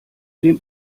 dem